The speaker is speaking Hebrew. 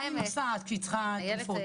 לאן היא נוסעת כשהיא צריכה תרופות?